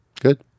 Good